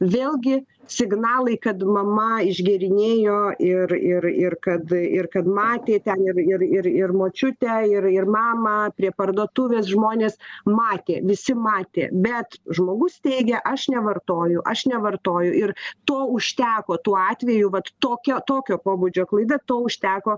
vėlgi signalai kad mama išgėrinėjo ir ir ir kad ir kad matė ten ir ir ir ir močiutę ir ir mamą prie parduotuvės žmonės matė visi matė bet žmogus teigia aš nevartoju aš nevartoju ir to užteko tuo atveju vat tokia tokio pobūdžio klaida to užteko